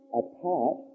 apart